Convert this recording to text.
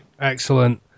Excellent